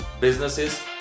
businesses